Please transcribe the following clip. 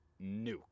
nuked